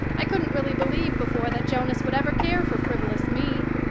i couldn't really believe before that jonas would ever care for frivolous me.